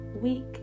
week